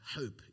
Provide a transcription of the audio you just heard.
hope